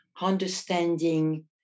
understanding